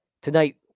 Tonight